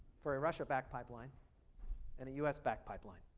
for a russia backed pipeline and a us backed pipeline.